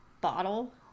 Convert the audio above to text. bottle